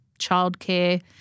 childcare